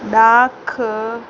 डाख